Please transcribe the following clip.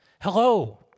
hello